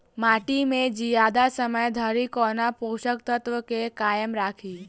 माटि केँ जियादा समय धरि कोना पोसक तत्वक केँ कायम राखि?